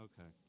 Okay